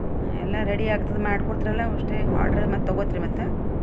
ಎಲ್ಲ ರೆಡಿ ಆಗ್ತದಾ ಮಾಡಿ ಕೊಡ್ತೀರಲ್ಲ ಅಷ್ಟೇ ಆರ್ಡರ್ ಮತ್ತೆ ತೊಗೋತೀರಾ ಮತ್ತೆ